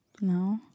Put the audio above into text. No